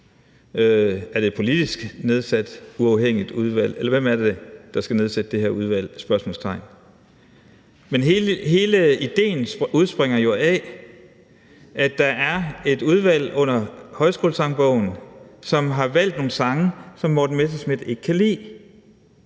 Er det et politisk nedsat uafhængigt udvalg? Eller hvem er det, der skal nedsætte det her udvalg? Men hele idéen udspringer jo af, at der er et udvalg bag Højskolesangbogen, som har valgt nogle sange, som hr. Morten Messerschmidt ikke kan lide.